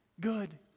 Good